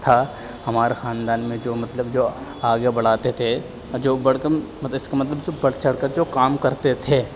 تھا ہمارے خاندان میں جو مطلب جو آگے بڑھاتے تھے جو برتن مطلب اس کا مطلب جو بڑھ چڑھ کر جو کام کرتے تھے